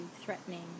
threatening